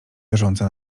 leżące